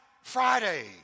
Friday